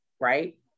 right